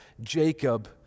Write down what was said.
Jacob